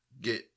get